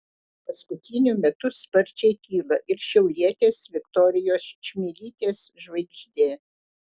paskutiniu metu sparčiai kyla ir šiaulietės viktorijos čmilytės žvaigždė